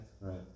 Right